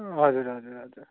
हजुर हजुर हजुर